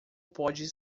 pode